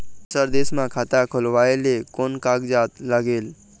दूसर देश मा खाता खोलवाए ले कोन कागजात लागेल?